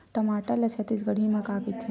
टमाटर ला छत्तीसगढ़ी मा का कइथे?